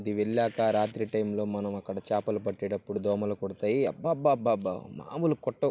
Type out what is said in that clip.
ఇది వెళ్ళాక రాత్రి టైంలో మనం అక్కడ చేపలు పట్టేటప్పుడు దోమలు కుడతాయి అబ్బబ్బబ్బబ్బా మామూలు కుట్టవు